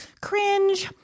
Cringe